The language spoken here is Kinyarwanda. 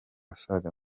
asaga